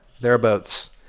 thereabouts